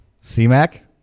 C-Mac